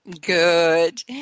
Good